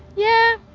yeah,